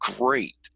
great